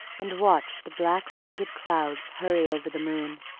and watch the black ragged clouds hurry over the moon.